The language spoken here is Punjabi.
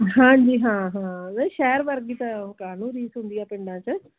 ਹਾਂਜੀ ਹਾਂ ਹਾਂ ਵੀ ਸ਼ਹਿਰ ਵਰਗੀ ਤਾਂ ਉਹ ਕਾਹਨੂੰ ਰੀਸ ਹੁੰਦੀ ਆ ਪਿੰਡਾਂ 'ਚ